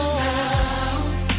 now